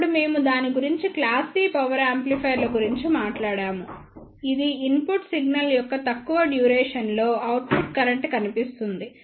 అప్పుడు మేము దాని గురించి క్లాస్ C పవర్ యాంప్లిఫైయర్ల గురించి మాట్లాడాము ఇది ఇన్పుట్ సిగ్నల్ యొక్క తక్కువ డ్యూరేషన్ లో అవుట్పుట్ కరెంట్ కనిపిస్తుంది